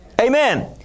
Amen